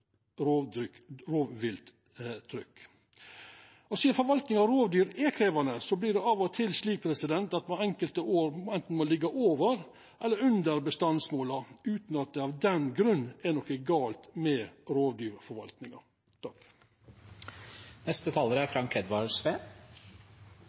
Sidan forvaltninga av rovdyr er krevjande, vert det av og til slik at ein enkelte år anten må liggja over eller under bestandsmålet – utan at det av den grunn er noko gale med rovdyrforvaltninga. Tidlegare talar